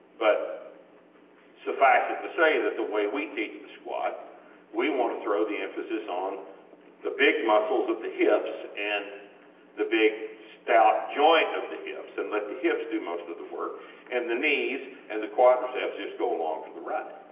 but suffice it to say that the way we teach the squat we want to throw the emphasis on the big muscles of the hips and the big stout joint of the hips and let the hips most of the work and the knees and the quadriceps just go along for the ride.